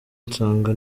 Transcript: nsanga